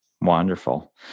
Wonderful